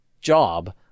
job